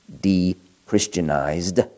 de-Christianized